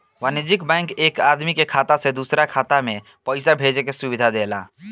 वाणिज्यिक बैंक एक आदमी के खाता से दूसरा के खाता में पईसा भेजे के सुविधा देला